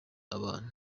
abantu